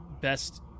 best